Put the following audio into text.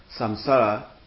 samsara